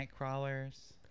Nightcrawlers